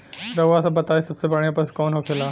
रउआ सभ बताई सबसे बढ़ियां पशु कवन होखेला?